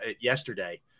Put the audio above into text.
yesterday